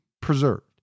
preserved